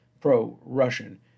pro-Russian